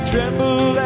Tremble